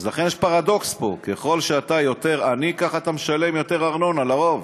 לכן יש פה פרדוקס: ככל שאתה יותר עני ככה אתה משלם יותר ארנונה לרוב.